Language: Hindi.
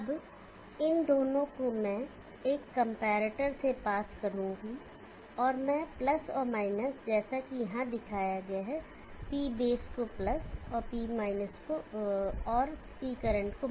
अब इन दोनों को मैं एक कंपैरेटर से पास करूंगा और मैं और जैसा कि यहां दिखाया गया है P बेस को और P करंट को